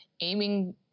aiming